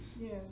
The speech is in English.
Yes